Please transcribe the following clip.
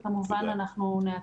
ואנחנו כמובן נעדכן.